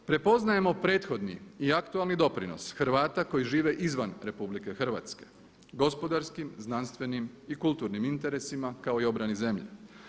Prepoznajemo prethodni i aktualni doprinos Hrvata koji žive izvan RH, gospodarskim, znanstvenim i kulturnim interesima kao i obrani zemlje.